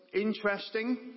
interesting